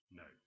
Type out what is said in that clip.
no